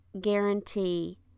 guarantee